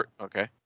Okay